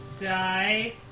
die